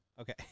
Okay